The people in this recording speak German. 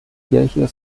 kirche